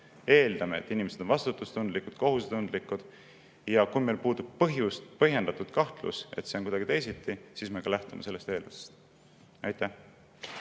eeldame, et inimesed on vastutustundlikud, kohusetundlikud. Kui meil puudub põhjendatud kahtlus, et see on kuidagi teisiti, siis me ka lähtume sellest eeldusest.